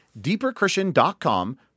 deeperchristian.com